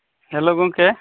hello ᱜᱚᱢᱠᱮ